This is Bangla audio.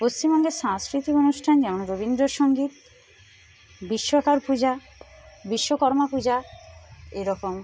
পশ্চিমবঙ্গের সাংস্কৃতিক অনুষ্ঠান যেমন রবীন্দ্রসঙ্গীত বিশ্বাকর পূজা বিশ্বকর্মা পূজা এরকম